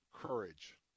courage